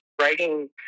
writing